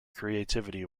creativity